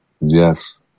Yes